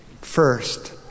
First